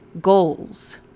Goals